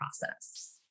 process